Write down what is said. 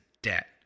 debt